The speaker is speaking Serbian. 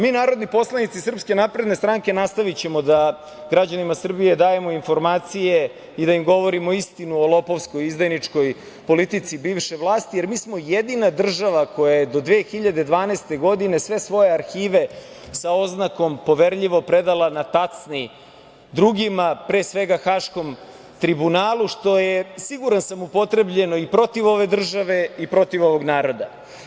Mi narodni poslanici Srpske napredne stranke nastavićemo da građanima Srbije dajemo informacije i da im govorimo istinu o lopovskoj i izdajničkoj politici bivše vlasti, jer mi smo jedina država koja je do 2012. godine sve svoje arhive sa oznakom „poverljivo“ predala na tacni drugima, pre svega Haškom tribunalu, što je, siguran sam, upotrebljeno i protiv ove države i protiv ovog naroda.